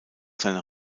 seiner